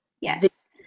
Yes